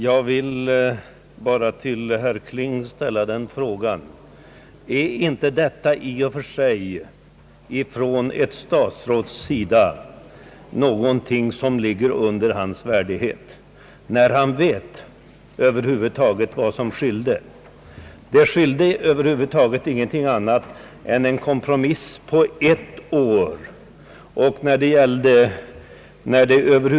Jag vill bara till herr Kling ställa den frågan: Är inte' detta i och för sig någonting som ligger under ett statsråds värdighet — när han vet vad som skilde? Det skilde över huvud taget ingenting annat än ett förslag om en kompromiss, som gällde ett år.